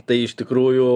tai iš tikrųjų